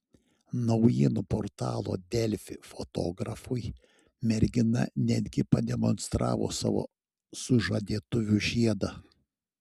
naujienų portalo delfi fotografui mergina netgi pademonstravo savo sužadėtuvių žiedą